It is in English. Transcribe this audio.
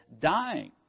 Dying